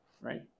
right